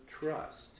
trust